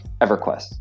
EverQuest